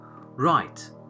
right